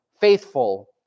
faithful